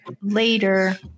Later